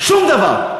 שום דבר.